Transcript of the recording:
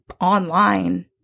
online